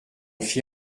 fit